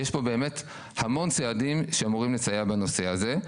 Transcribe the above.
יש פה באמת המון צעדים שאמורים לסייע בנושא הזה.